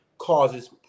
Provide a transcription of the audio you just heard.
causes